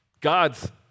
God's